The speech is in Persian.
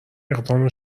اقدام